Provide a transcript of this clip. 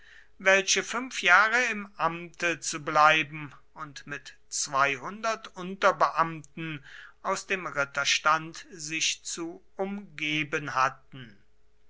welche fünf jahre im amte zu bleiben und mit unterbeamten aus dem ritterstand sich zu umgeben hatten